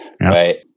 right